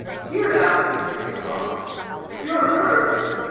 here now, producing a box pure herbs.